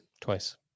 twice